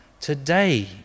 Today